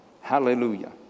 Hallelujah